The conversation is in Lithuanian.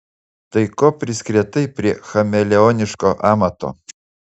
tai ko priskretai prie chameleoniško amato